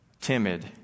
timid